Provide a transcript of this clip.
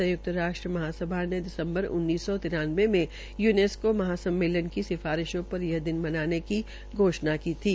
संयुक्त राष्ट्र महासभा ने दिसम्बर उन्नीस सौ तिरानवे में यूनेस्कों महासम्मेलन की सिफारिश पर यह दिन मनाने की घोषणा की थी